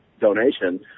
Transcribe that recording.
donation